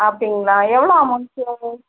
அப்படிங்ளா எவ்வளோ அமௌன்ட்டு வரும்